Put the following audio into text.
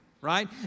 right